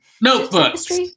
Notebooks